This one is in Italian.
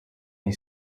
nei